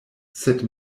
sed